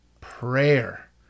prayer